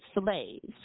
slaves